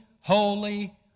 holy